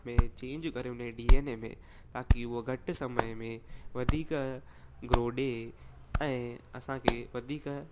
में चेंज करे हुन ए डी ऐन ए में ताकी उहा घटि समय में वधीक ग्रो ॾे ऐं असांखे वधीक